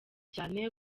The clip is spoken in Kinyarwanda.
cyane